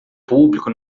público